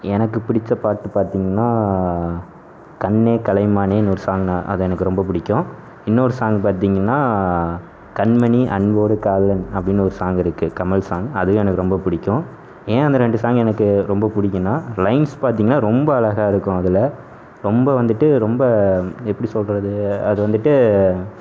எனக்கு பிடித்த பாட்டு பார்த்தீங்கனா கண்ணே கலைமானேனு ஒரு சாங் தான் அது எனக்கு ரொம்ப பிடிக்கும் இன்னொரு சாங் பார்த்தீங்கனா கண்மணி அன்போடு காதலன் அப்படின்னு ஒரு சாங் இருக்குது கமல் சாங் அதுவும் எனக்கு ரொம்ப பிடிக்கும் ஏன் அந்த ரெண்டு சாங் எனக்கு ரொம்ப பிடிக்குன்னா லைன்ஸ் பார்த்தீங்கனா ரொம்ப அழகா இருக்கும் அதில் ரொம்ப வந்துட்டு ரொம்ப எப்படி சொல்கிறது அது வந்துட்டு